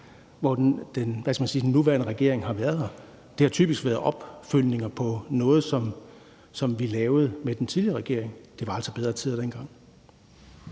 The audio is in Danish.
hvor den nuværende regering har siddet. Det har typisk været opfølgning på noget, som vi lavede med den tidligere regering. Det var altså bedre tider dengang.